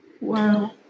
Wow